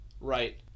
Right